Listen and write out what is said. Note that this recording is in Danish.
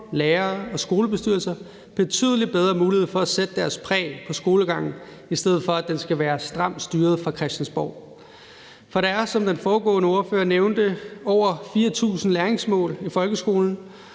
lærere og skolebestyrelser betydelig bedre mulighed for at sætte deres præg på skolegangen, i stedet for at den skal være stramt styret fra Christiansborg. For der er, som den foregående ordfører nævnte, over 4.000 læringsmål i folkeskolen,